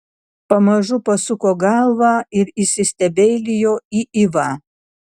pamažu pasuko galvą ir įsistebeilijo į ivą